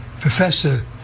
professor